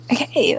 Okay